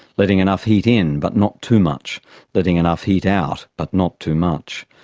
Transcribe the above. letting enough heat in, but not too much letting enough heat out, but not too much.